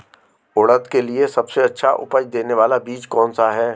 उड़द के लिए सबसे अच्छा उपज देने वाला बीज कौनसा है?